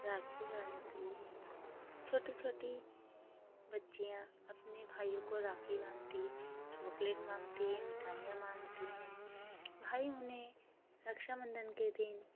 राखी बाँधती हैं छोटी छोटी बच्चियाँ अपने भाइयों को राखी बाँधती है चॉकलेट मांगती हैं मिठाइयाँ मांगती हैं भाई उन्हें रक्षाबंधन के दिन